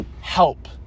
help